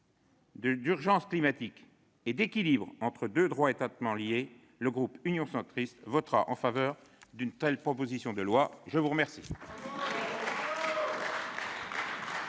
d'urgence climatique et d'équilibre entre deux droits étroitement liés, le groupe Union Centriste votera en faveur d'une telle proposition de loi. Bravo ! La parole